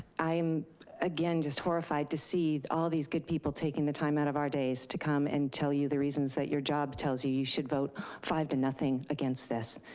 i'm again just horrified to see all these good people taking the time out of our days to come and tell you the reasons that your job tells you you should vote five to nothing against this.